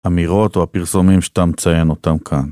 אמירות או הפרסומים שאתה מציין אותם כאן.